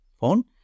phone